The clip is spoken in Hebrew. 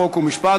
חוק ומשפט.